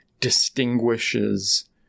distinguishes